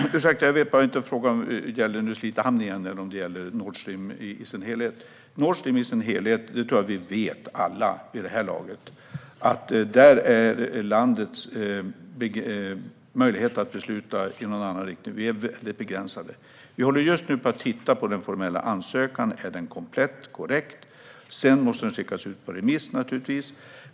Herr talman! Jag vet inte om frågan gäller Slite hamn eller Nord Stream i dess helhet. Vad gäller Nord Stream tror jag att vi alla vet, vid det här laget, att landets möjligheter att besluta i någon annan riktning är väldigt begränsade. Vi håller just nu på att titta på den formella ansökan och huruvida den är komplett och korrekt. Sedan måste den naturligtvis skickas ut på remiss.